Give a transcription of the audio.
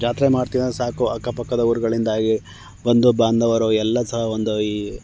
ಜಾತ್ರೆ ಮಾಡ್ತೀವಿ ಅಂದರೆ ಸಾಕು ಅಕ್ಕಪಕ್ಕದ ಊರುಗಳಿಂದಾಗಿ ಬಂದು ಬಾಂಧವರು ಎಲ್ಲ ಸಹ ಒಂದು ಈ